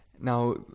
now